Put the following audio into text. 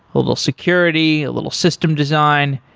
a little security, a little system design.